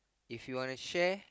if you want to share